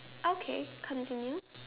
okay continue